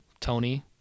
Tony